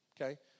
okay